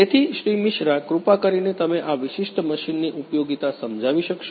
તેથી શ્રી મિશ્રા કૃપા કરીને તમે આ વિશિષ્ટ મશીનની ઉપયોગીતા સમજાવી શકશો